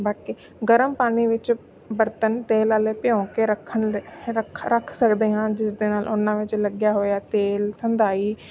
ਬਾਕੀ ਗਰਮ ਪਾਣੀ ਵਿੱਚ ਬਰਤਨ ਤੇਲ ਵਾਲੇ ਭਿਓਂ ਕੇ ਰੱਖਣ ਲਈ ਰੱਖ ਰੱਖ ਸਕਦੇ ਹਾਂ ਜਿਸ ਦੇ ਨਾਲ ਉਹਨਾਂ ਵਿੱਚ ਲੱਗਿਆ ਹੋਇਆ ਤੇਲ ਥਿੰਧਾਈ